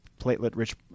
platelet-rich